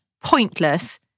pointless